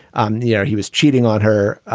um yeah, he was cheating on her.